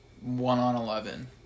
one-on-eleven